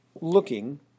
looking